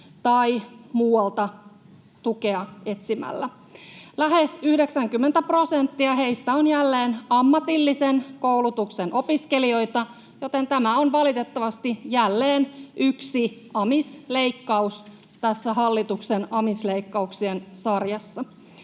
tai muualta tukea etsimällä. Lähes 90 prosenttia heistä on jälleen ammatillisen koulutuksen opiskelijoita, joten tämä on valitettavasti jälleen yksi amisleikkaus tässä hallituksen amisleikkauksien sarjassa.